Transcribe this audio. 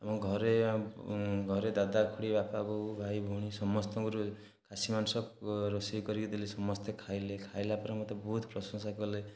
ମୋ ଘରେ ଘରେ ଦାଦା ଖୁଡ଼ି ବାପା ବୋଉ ଭାଇ ଭଉଣୀ ସମସ୍ତଙ୍କରୁ ଖାସି ମାଂସ ରୋଷେଇ କରିକି ଦେଲି ସମସ୍ତେ ଖାଇଲେ ଖାଇଲା ପରେ ମୋତେ ବହୁତ ପ୍ରଶଂସା କଲେ